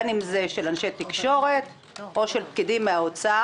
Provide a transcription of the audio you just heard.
בין אם זה של אנשי תקשורת או של פקידים מהאוצר,